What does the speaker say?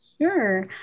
sure